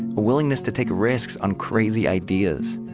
a willingness to take risks on crazy ideas,